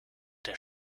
der